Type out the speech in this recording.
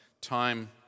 time